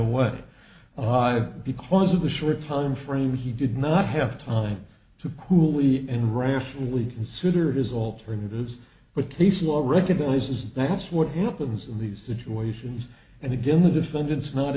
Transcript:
away because of the short time frame he did not have time to coolly and rationally consider is alternatives but case law recognizes that's what happens in these situations and again the defendant's not